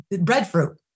breadfruit